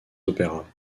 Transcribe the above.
opéras